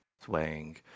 swaying